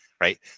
right